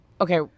okay